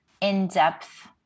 in-depth